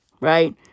Right